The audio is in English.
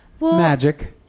Magic